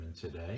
today